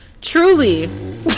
Truly